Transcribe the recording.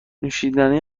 نوشیدنی